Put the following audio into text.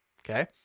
Okay